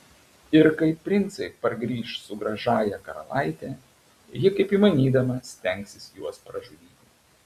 ir kai princai pargrįš su gražiąja karalaite ji kaip įmanydama stengsis juos pražudyti